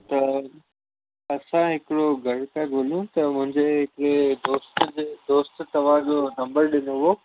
त असां हिकिड़ो घरु था ॻोल्हियूं त मुंहिंजे हिकिड़े दोस्त जे दोस्त तव्हांजो नम्बर ॾिनो हो